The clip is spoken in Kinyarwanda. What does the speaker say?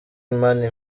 money